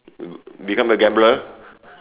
become a gambler